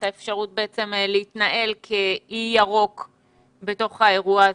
האפשרות להתנהל כאי ירוק בתוך האירוע הזה.